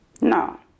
No